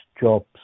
jobs